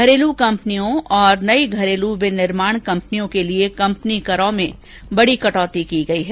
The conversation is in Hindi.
घरेलू कंपनियों और नयी घरेलू विनिर्माण कंपनियों के लिए कंपनी करों में बडी कटौती की गई है